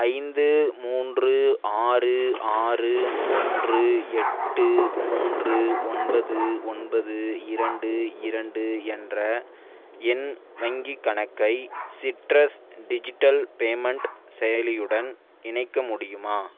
ஐந்து மூன்று ஆறு ஆறு மூன்று எட்டு மூன்று ஒன்பது ஒன்பது இரண்டு இரண்டு என்ற என் வங்கிக் கணக்கை சிட்ரஸ் டிஜிட்டல் பேமெண்ட் செயலியுடன் இணைக்க முடியுமா